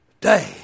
day